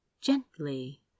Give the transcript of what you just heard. gently